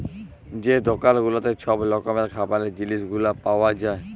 যে দকাল গুলাতে ছব রকমের খাবারের জিলিস গুলা পাউয়া যায়